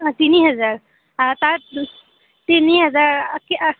অঁ তিনি হেজাৰ তাৰ তিনি হেজাৰ কি